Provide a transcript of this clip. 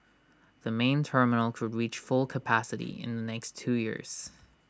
the main terminal could reach full capacity in the next two years